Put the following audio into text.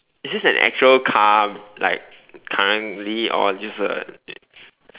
is this an actual car like currently or just a